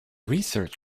research